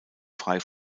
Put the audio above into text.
frei